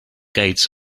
gates